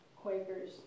Quakers